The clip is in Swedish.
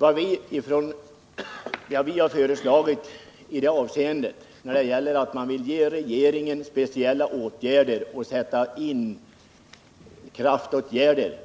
I vår motions första yrkande har vi föreslagit att regeringen får extra bemyndigande för åtgärder i Värmland. Vårt förslag om att ge regeringen möjligheter till speciella kraftåtgärder,